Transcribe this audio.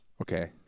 Okay